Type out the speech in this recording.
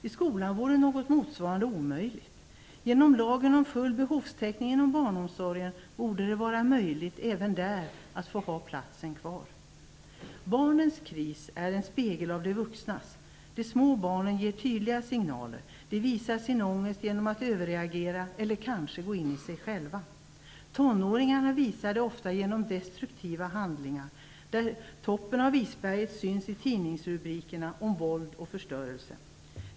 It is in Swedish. I skolan är något motsvarande omöjligt. Genom lagen om full behovstäckning inom barnomsorgen borde det vara möjligt att få ha platsen kvar även där. Barnens kris är en spegel av de vuxnas. De små barnen ger tydliga signaler. De visar sin ångest genom att överreagera eller kanske genom att gå in i sig själva. Tonåringarna visar det ofta genom destruktiva handlingar, där toppen av isberget syns i tidningsrubrikerna om våld och förstörelse.